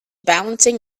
balancing